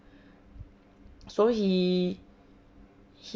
so he